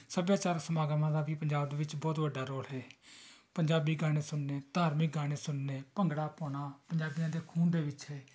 ਸੱਭਿਆਚਾਰਕ ਸਮਾਗਮਾਂ ਦਾ ਵੀ ਪੰਜਾਬ ਦੇ ਵਿੱਚ ਬਹੁਤ ਵੱਡਾ ਰੋਲ ਹੈ ਪੰਜਾਬੀ ਗਾਣੇ ਸੁਣਨੇ ਧਾਰਮਿਕ ਗਾਣੇ ਸੁਣਨੇ ਭੰਗੜਾ ਪਾਉਣਾ ਪੰਜਾਬੀਆਂ ਦੇ ਖੂਨ ਦੇ ਵਿੱਚ ਹੈ